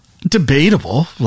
Debatable